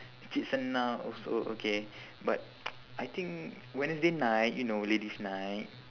cik senah also okay but I think wednesday night you know ladies night